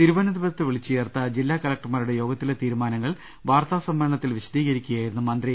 തിരുവനന്തപുരത്ത് വിളിച്ചു ചേർത്ത ജില്ലാ കലക്ടർമാരുടെ യോഗത്തിലെ തീരുമാന ങ്ങൾ വാർത്താ സമ്മേളനത്തിൽ വിശദീകരിക്കുകയായിരുന്നു മന്ത്രി